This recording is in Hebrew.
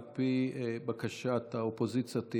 על פי בקשת האופוזיציה,